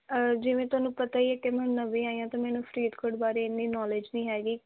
ਜਿਵੇਂ ਤੁਹਾਨੂੰ ਪਤਾ ਹੀ ਹੈ ਕਿ ਮੈਂ ਨਵੀਂ ਆਈ ਹਾਂ ਅਤੇ ਮੈਨੂੰ ਫਰੀਦਕੋਟ ਬਾਰੇ ਇੰਨੀ ਨੌਲੇਜ ਨਹੀਂ ਹੈਗੀ